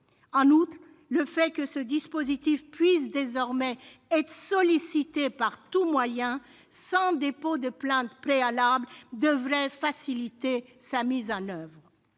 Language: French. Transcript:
En outre, le fait que ce dispositif puisse désormais être sollicité par tout moyen, sans dépôt de plainte préalable, devrait faciliter sa mise en oeuvre.